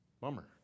Bummer